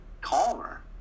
calmer